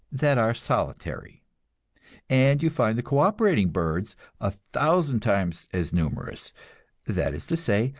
that are solitary and you find the co-operating birds a thousand times as numerous that is to say,